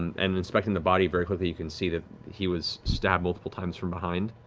and inspecting the body very quickly you can see that he was stabbed multiple times from behind